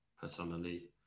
personally